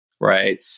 Right